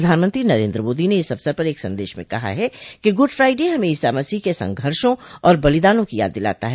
प्रधानमंत्री नरेन्द्र मोदी ने इस अवसर पर एक संदेश में कहा है कि गुड फ्राइडे हमें ईसा मसीह के संघर्षों और बलिदानों की याद दिलाता है